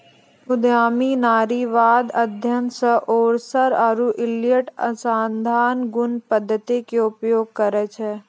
उद्यमी नारीवाद अध्ययन मे ओरसर आरु इलियट अनुसंधान गुण पद्धति के उपयोग करै छै